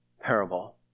parable